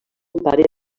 pare